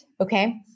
Okay